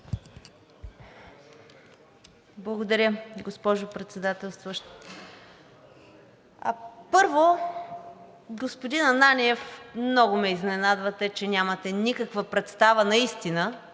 Благодаря, госпожо Председателстващ. Първо, господин Ананиев, много ме изненадвате, че нямате никаква представа наистина